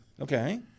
Okay